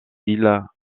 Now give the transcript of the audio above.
îles